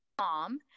mom